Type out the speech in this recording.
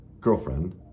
girlfriend